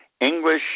English